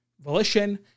volition